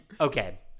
okay